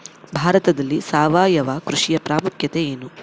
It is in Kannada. ಭಾರತದಲ್ಲಿ ಸಾವಯವ ಕೃಷಿಯ ಪ್ರಾಮುಖ್ಯತೆ ಎನು?